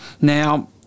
Now